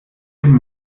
dem